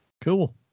Cool